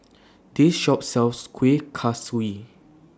This Shop sells Kueh Kaswi